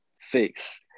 fix